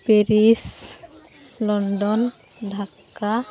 Paris London Dhaka